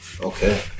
Okay